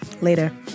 later